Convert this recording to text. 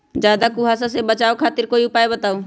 ज्यादा कुहासा से बचाव खातिर कोई उपाय बताऊ?